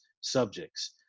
subjects